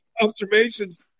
observations